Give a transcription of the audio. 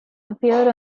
appear